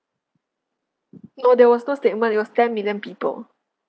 no there was no statement it was ten million people